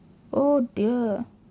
oh dear